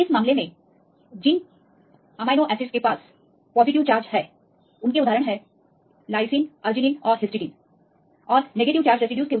इस मामले में आप सकारात्मक चार्ज परमाणु देख सकते हैं उदाहरण के लिए कौन से रेसिड्यूज लाइसिन आर्जिनिन और हिस्टिडाइन और नकारात्मक चार्ज किए गए रेसिड्यूज